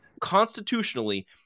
constitutionally